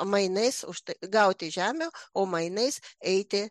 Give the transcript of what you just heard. mainais už tai gauti žemę o mainais eiti